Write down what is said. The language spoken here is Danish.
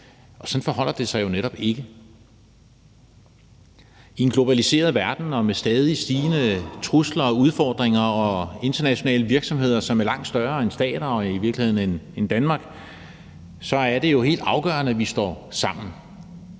og sådan forholder det sig jo netop ikke. I en globaliseret verden og med stadig stigende trusler og udfordringer og internationale virksomheder, som er langt større end stater og i virkeligheden end Danmark, så er det jo helt afgørende, at vi står sammen.